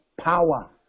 power